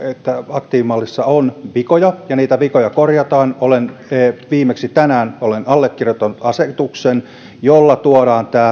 aktiivimallissa on vikoja ja niitä vikoja korjataan viimeksi olen tänään allekirjoittanut asetuksen jolla tuodaan